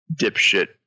dipshit